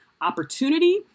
Opportunity